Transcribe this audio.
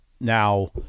now